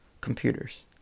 computers